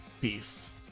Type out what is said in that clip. Peace